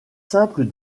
simple